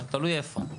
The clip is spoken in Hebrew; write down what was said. תלוי איפה.